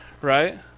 Right